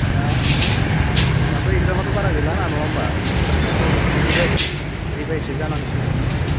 दा दाथ' एक्जामाथ' बारा गैलाना नङा होमब्ला दाथ' रिभाइस रिभाइससो जानांसिगौमोन